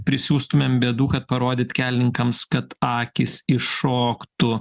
prisiųstumėm bėdų kad parodyt kelininkams kad akys iššoktų